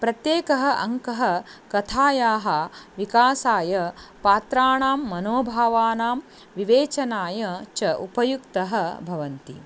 प्रत्येक्म् अङ्कः कथायाः विकासाय पात्राणां मनोभावानां विवेचनाय च उपयुक्तः भवति